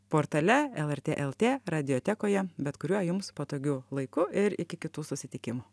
portale lrt lt radiotekoje bet kuriuo jums patogiu laiku ir iki kitų susitikimų